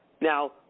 Now